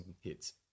hits